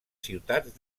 ciutats